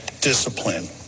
discipline